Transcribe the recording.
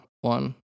one